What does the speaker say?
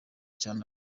cyane